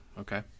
okay